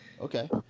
Okay